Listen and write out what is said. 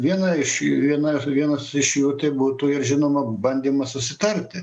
vieną iš viena vienas iš jų tai būtų žinoma ir bandymas susitarti